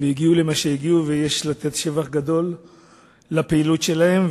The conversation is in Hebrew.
הגיעו למה שהגיעו, ויש לתת שבח גדול לפעילות שלהם.